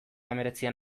hemeretzian